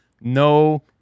No